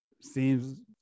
seems